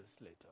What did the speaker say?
later